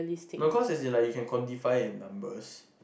no cause like you can quantify it in numbers